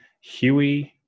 Huey